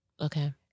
Okay